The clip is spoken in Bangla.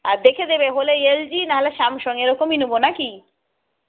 আর দেখে নেবে হলে এল জি না হলে স্যামসাং এরকমই নেব না কি